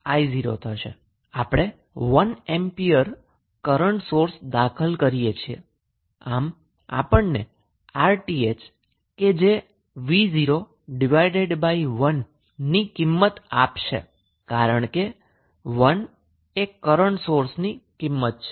આપણે 1 ampere current source પણ દાખલ કરીએ છીએ આમ આ આપણને 𝑣0 1 તરીકે 𝑅𝑇ℎ ની વેલ્યુ આપશે કારણ કે 1 એ કરન્ટ સોર્સ વેલ્યુ છે